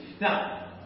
Now